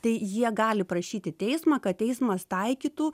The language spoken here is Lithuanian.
tai jie gali prašyti teismą kad teismas taikytų